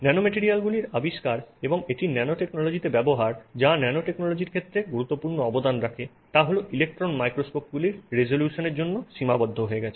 ন্যানোমেটেরিয়ালগুলির আবিষ্কার এবং এটির ন্যানোটেকনোলজিতে ব্যবহার যা ন্যানোটেকনোলজির ক্ষেত্রে গুরুত্বপূর্ণ অবদান রাখে তা ইলেক্ট্রন মাইক্রোস্কোপগুলির রেজোলিউশনের জন্য সীমাবদ্ধ হয়ে গেছে